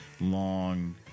long